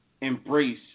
Embrace